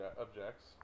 objects